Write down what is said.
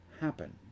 happen